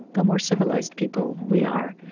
the more civilized people we are.